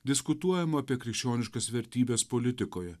diskutuojama apie krikščioniškas vertybes politikoje